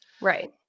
Right